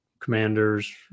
commanders